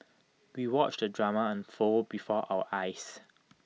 we watched the drama unfold before our eyes